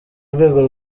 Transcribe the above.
rwego